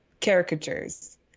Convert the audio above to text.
caricatures